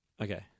Okay